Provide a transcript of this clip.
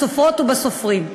בסופרות ובסופרים.